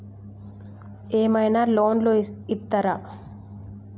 ఏమైనా లోన్లు ఇత్తరా?